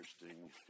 interesting